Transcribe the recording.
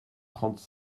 trente